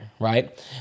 right